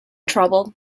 trouble